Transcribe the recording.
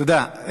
תודה.